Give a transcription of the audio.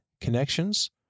connections